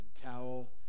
towel